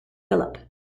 phillip